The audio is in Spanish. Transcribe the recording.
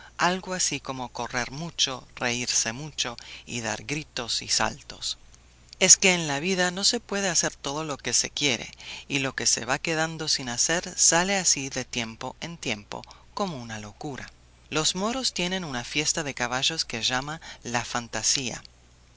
algo así como correr mucho reírse mucho y dar gritos y saltos es que en la vida no se puede hacer todo lo que se quiere y lo que se va quedando sin hacer sale así de tiempo en tiempo como una locura los moros tienen una fiesta de caballos que llaman la fantasía otro